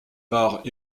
part